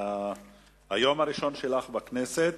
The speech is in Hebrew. שמהיום הראשון שלך בכנסת